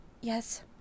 yes